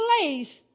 place